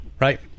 Right